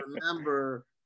remember